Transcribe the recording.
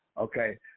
okay